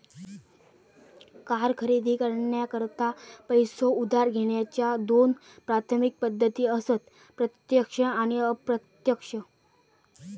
car खरेदी करण्याकरता पैसो उधार घेण्याच्या दोन प्राथमिक पद्धती असत प्रत्यक्ष आणि अप्रत्यक्ष